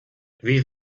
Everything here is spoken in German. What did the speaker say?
wie